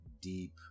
deep